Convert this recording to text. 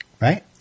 right